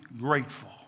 grateful